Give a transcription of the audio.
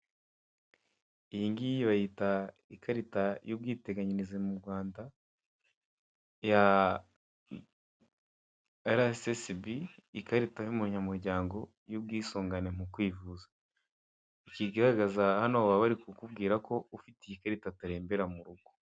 Iyingiyi bayita ikarita yubwiteganyirize murwanda ya RSSB ikarita y'umunyamuryango y'ubwisungane mukwivuza ikigaragaza hano baba bari kukubwira ko ufite iyi karita atarembera murugo.